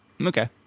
Okay